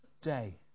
day